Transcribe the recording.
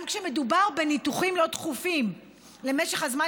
גם כשמדובר בניתוחים לא דחופים למשך הזמן